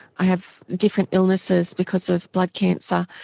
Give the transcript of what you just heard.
i have different illnesses because of blood cancer,